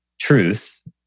truth